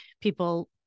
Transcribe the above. people